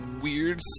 weird